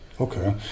Okay